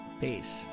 Peace